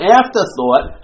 afterthought